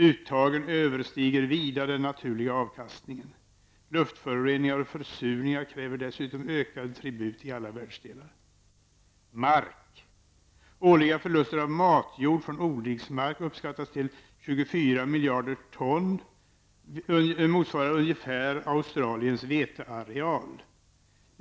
Uttagen överskrider vida den naturliga avkastningen. Luftföroreningar och försurning kräver dessutom en ökad tribut i alla världsdelar. Årliga förluster av matjord från odlingsmark uppskattas till 24 miljarder ton, motsvarande ungefär Australiens veteareal.